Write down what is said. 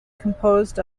composed